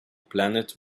planet